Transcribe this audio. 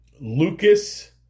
Lucas